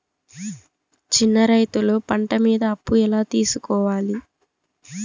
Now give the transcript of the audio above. చిన్న రైతులు పంట మీద అప్పు ఎలా తీసుకోవాలి?